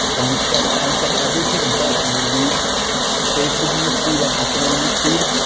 and we check, uncheck everything, but we leave facebook newsfeed and instagram newsfeed,